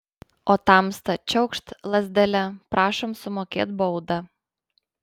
o tamsta čiaukšt lazdele prašom sumokėt baudą